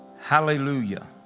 Hallelujah